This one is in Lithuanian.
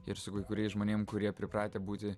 ir su kai kuriais žmonėm kurie pripratę būti